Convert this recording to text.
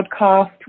podcast